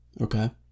Okay